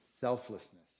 selflessness